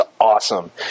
awesome